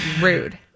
Rude